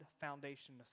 foundation